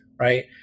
Right